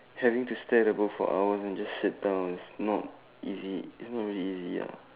having to stay in the book for hours and just sit down not easy it's not easy ya